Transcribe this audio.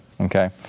Okay